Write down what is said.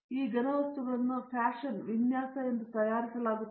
ಈ ಘನವಸ್ತುಗಳನ್ನು ಫ್ಯಾಶನ್ ವಿನ್ಯಾಸ ಮತ್ತು ತಯಾರಿಸಲಾಗುತ್ತದೆ